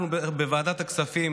אנחנו בוועדת הכספים,